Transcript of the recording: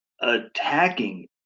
attacking